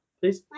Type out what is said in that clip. please